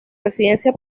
residencia